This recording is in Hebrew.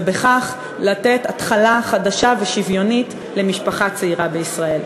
ובכך לתת התחלה חדשה ושוויונית למשפחה צעירה בישראל.